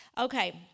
okay